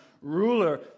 ruler